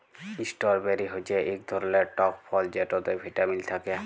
strawberry হচ্যে ইক ধরলের টক ফল যেটতে ভিটামিল থ্যাকে